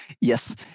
Yes